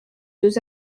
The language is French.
deux